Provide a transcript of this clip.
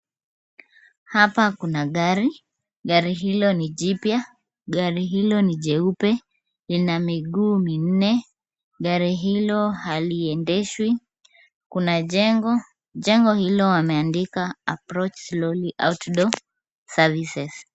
Hapa kuna gari. Gari hilo ni jipya. Gari hilo ni jeupe. Lina miguu minne. Gari hilo haliendeshwi. Kuna jengo. Jengo hilo wameandika approach slowly outdoor services .